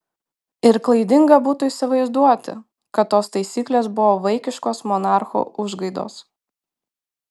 ir klaidinga būtų įsivaizduoti kad tos taisyklės buvo vaikiškos monarcho užgaidos